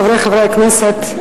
חברי חברי הכנסת,